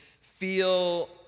feel